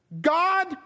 God